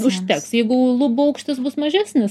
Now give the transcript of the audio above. užteks jeigu lubų aukštis bus mažesnis